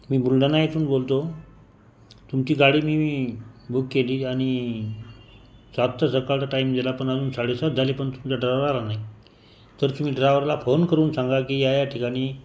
मी बुलढाणा येथून बोलतो तुमची गाडी मी बुक केली आणि सातचा सकाळचा टाईम दिला पण अजून साडेसात झाले पण तुमचा ड्रायव्हर आला नाही तर तुम्ही ड्रायव्हरला फोन करून सांगा कि या या ठिकाणी